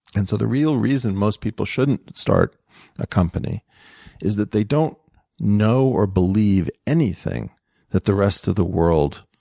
and so the real reason most people shouldn't start a company is that they don't know or believe anything that the rest of the world